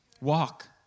walk